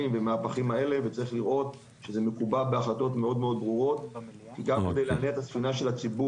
צריך לראות שזה מקובע בהחלטות מאוד ברורות ומדיניות ברורה